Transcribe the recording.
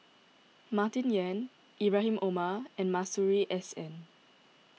Martin Yan Ibrahim Omar and Masuri S N